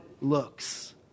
looks